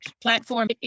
Platform